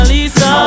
Lisa